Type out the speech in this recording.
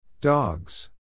Dogs